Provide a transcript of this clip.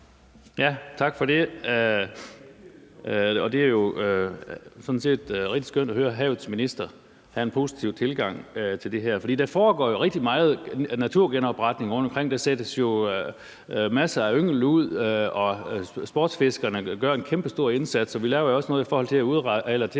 Tak for det. Det er jo sådan set rigtig skønt at høre havets minister have en positiv tilgang til det her, for der foregår rigtig meget naturgenopretning rundtomkring. Der sættes masser af yngel ud, og sportsfiskerne gør en kæmpestor indsats, og vi laver jo også noget i forhold til at sno